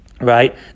right